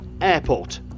Airport